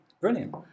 Brilliant